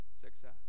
Success